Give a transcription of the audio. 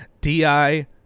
di